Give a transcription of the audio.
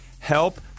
help